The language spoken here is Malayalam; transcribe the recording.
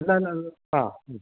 അല്ല അല്ല അത് ആ മ്മ്